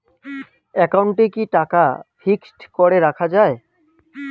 একাউন্টে কি টাকা ফিক্সড করে রাখা যায়?